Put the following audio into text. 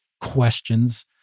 questions